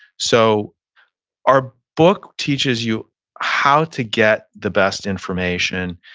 so our book teaches you how to get the best information.